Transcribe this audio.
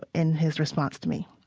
in his response to me